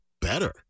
better